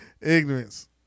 ignorance